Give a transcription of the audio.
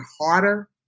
harder